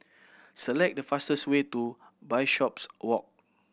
select the fastest way to Bishopswalk